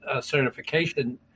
certification